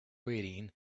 waiting